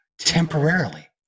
temporarily